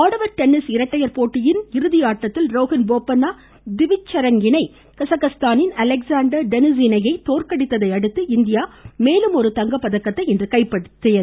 ஆடவர் டென்னிஸ் இரட்டையர் போட்டியில் இறுதி ஆட்டத்தில் ரோஹன் போபண்ணா திவிச்சரண் இணை கசகஸ்தானின் அலெக்ஸாண்டர் டெனிஸ் இணையை தோற்கடித்ததை அடுத்து இந்தியா இன்று மேலும் ஒரு தங்கப்பதக்கத்தை வென்றது